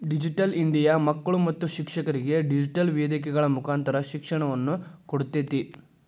digital India ಮಕ್ಕಳು ಮತ್ತು ಶಿಕ್ಷಕರಿಗೆ ಡಿಜಿಟೆಲ್ ವೇದಿಕೆಗಳ ಮುಕಾಂತರ ಶಿಕ್ಷಣವನ್ನ ಕೊಡ್ತೇತಿ